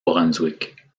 brunswick